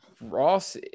Ross